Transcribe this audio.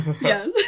Yes